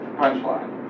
punchline